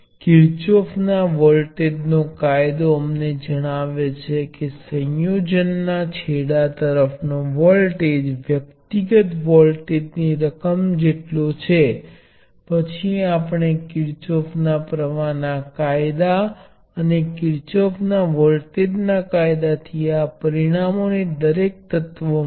તેથી હવે આપણે જોઈએ છીએ કે આ બરાબર તે જ સંબંધ છે જો આપણી પાસે એક ઈન્ડકટર L હોય જેનાં અસરકારક મૂલ્યો હોય તો વોલ્ટેજ અને પ્ર્વાહ સંબંધ V અને L અસરકારક ઇન્ટિગ્રલ બરાબર છે